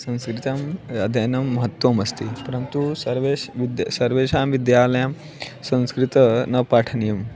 संस्कृतम् अध्ययनं महत्वम् अस्ति परन्तु सर्वेश् विद्य सर्वेषां विद्यालयं संस्कृतं न पाठनीयम्